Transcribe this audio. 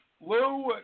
Lou